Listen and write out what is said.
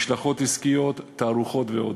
משלחות עסקיות, תערוכות ועוד.